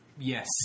Yes